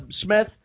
Smith